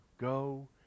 go